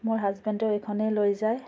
মোৰ হাজবেণ্ডেও এইখনেই লৈ যায়